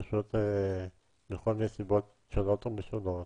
פשוט מכל מיני סיבות שונות ומשונות.